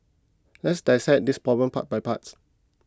let's dissect this problem part by part